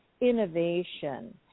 innovation